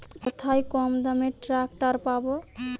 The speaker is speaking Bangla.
কোথায় কমদামে ট্রাকটার পাব?